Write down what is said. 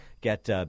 get